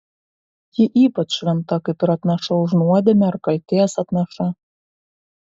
ji ypač šventa kaip ir atnaša už nuodėmę ar kaltės atnaša